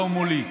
לא מולי.